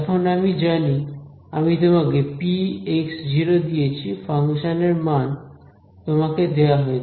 এখন আমি জানি আমি তোমাকে p দিয়েছি ফাংশনের মান তোমাকে দেয়া হয়েছে